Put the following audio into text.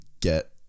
get